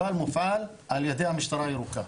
אבל מופעל על-ידי המשטרה הירוקה.